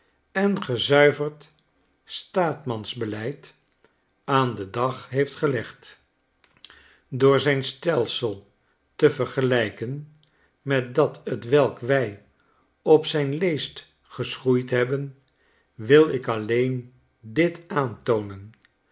en gezuiverd staatmansbeleid aan den dag heeft gelegd door zijn stelsel te vergelijken met dat t welk wij op zijn leest gegeschoeid hebben wil ik alleen dit aantoonen